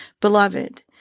Beloved